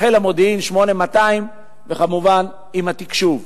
חיל המודיעין 8200, וכמובן עם התקשו"ב,